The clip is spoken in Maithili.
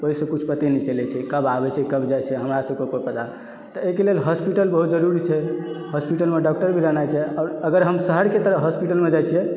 ओहिसँ किछु पते नहि चलै छै कब आबै छै कब जाइ छै हमरा सभके कोइ पता नहि तऽ एहि के लेल हॉस्पिटल बहुत जरूरी छै हॉस्पिटलमे डॉक्टर भी रहनाइ छै आओर अगर हम शहरके तरह हॉस्पिटलमे जाइ छियै